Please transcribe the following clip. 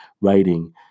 writing